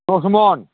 दस मन